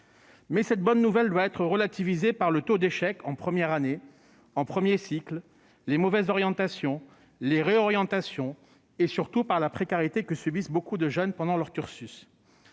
Mais cette bonne nouvelle doit être relativisée par le taux d'échec en première année et en premier cycle, les mauvaises orientations, les réorientations, et surtout par la précarité que subissent de nombreux jeunes durant leur cursus.